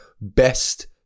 best